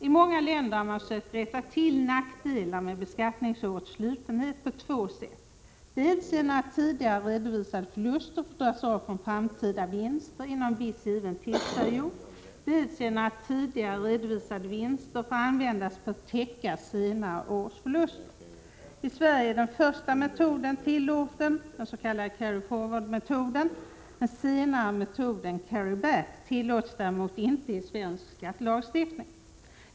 I många länder har man försökt rätta till nackdelen med beskattningsårets slutenhet på två sätt: dels genom att tidigare redovisade förluster får dras av från framtida vinster inom en viss given tidsperiod, dels genom att tidigare redovisade vinster får användas för att täcka senare års förluster. I Sverige är den första metoden tillåten, den s.k. carry forward-metoden. Den senare metoden, carry back-metoden, tillåts däremot inte enligt svensk skattelagstiftning.